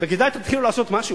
וכדאי שתתחילו לעשות משהו.